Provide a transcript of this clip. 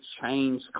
change